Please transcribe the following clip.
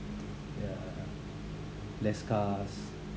ya less cars